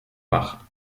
bach